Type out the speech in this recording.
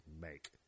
make